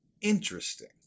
interesting